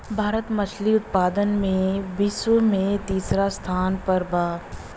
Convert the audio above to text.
भारत मछली उतपादन में विश्व में तिसरा स्थान पर बा